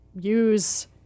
use